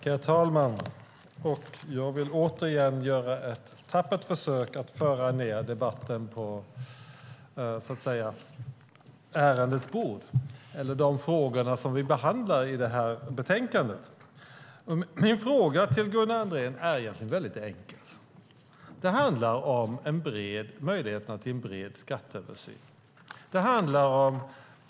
Herr talman! Jag vill återigen göra ett tappert försök att föra ned debatten på rätt nivå, till de frågor som vi behandlar i det här betänkandet. Min fråga till Gunnar Andrén är egentligen väldigt enkel. Det handlar om möjligheterna till en bred skatteöversyn.